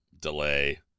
delay